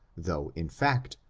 though, in fact,